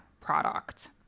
product